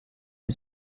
die